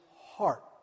heart